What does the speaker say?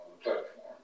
platform